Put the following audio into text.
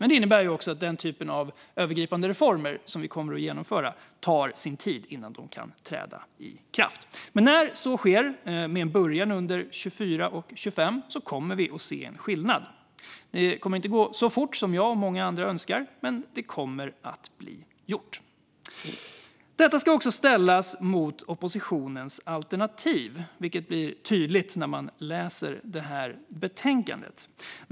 Men det innebär ju också att den typ av övergripande reformer som vi kommer att genomföra tar sin tid innan de kan träda i kraft. När så sker, med början under 2024 och 2025, kommer vi att se skillnad. Det kommer inte att gå så fort som jag och många andra önskar, men det kommer att bli gjort. Detta ska också ställas mot oppositionens alternativ, vilket blir tydligt när man läser betänkandet.